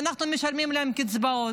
ואנחנו משלמים להם קצבאות.